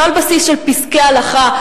לא על בסיס של פסקי הלכה,